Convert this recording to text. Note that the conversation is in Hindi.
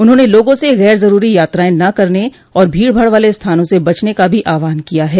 उन्होंने लोगों से गैर जरूरी यात्राएं न करने और भीड़ भाड़ वाले स्थानों से बचने का भी आहवान किया है